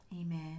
Amen